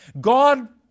God